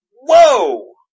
Whoa